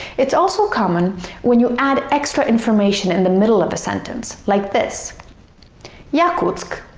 it's also common when you add extra information in the middle of a sentence, like this yakutsk,